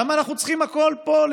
למה אנחנו צריכים להמציא פה הכול מחדש?